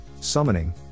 summoning